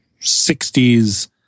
60s